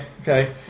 Okay